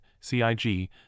CIG